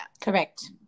correct